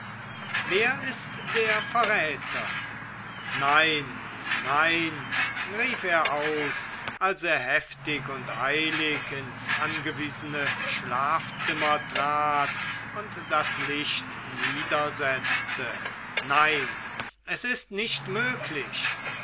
wer ist der verräter nein nein rief er aus als er heftig und eilig ins angewiesene schlafzimmer trat und das licht niedersetzte nein es ist nicht möglich